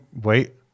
Wait